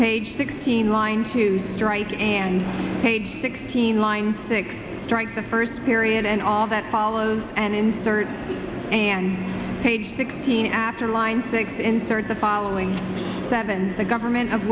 page sixteen line to strike and paid sixteen line six strike the first period and all that follows and insert and page sixteen after line six insert the following seven the government of